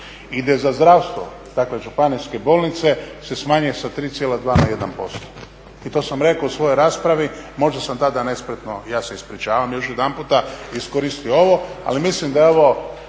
i gdje za zdravstvo dakle županijske bolnice se smanjuje sa 3,2 na 1% i to sam rekao u svojoj raspravi. Možda sam tada nespretno, ja se ispričavam još jedanputa, iskoristio ovo. Ali mislim da je ovo,